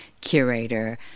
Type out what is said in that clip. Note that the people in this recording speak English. curator